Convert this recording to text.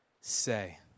say